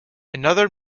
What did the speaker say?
another